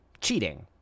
cheating